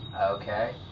Okay